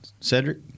Cedric